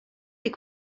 est